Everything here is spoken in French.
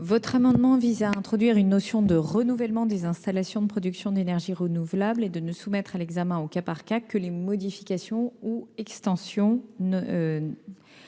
Cet amendement vise à introduire la notion de renouvellement des installations de production d'énergie renouvelable et de ne soumettre à l'examen au cas par cas que les modifications ou les extensions